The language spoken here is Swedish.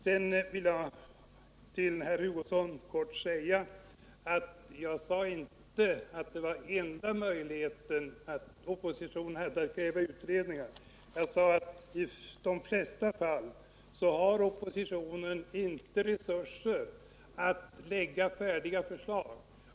Sedan vill jag för herr Hugosson i korthet framhålla att jag inte sade att oppositionens enda möjlighet är att kräva en utredning. Vad jag sade var att oppositionen i de flesta fall inte har resurser att lägga fram färdiga förslag.